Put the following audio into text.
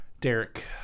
Derek